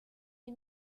les